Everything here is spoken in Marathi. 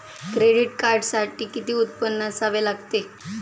क्रेडिट कार्डसाठी किती उत्पन्न असावे लागते?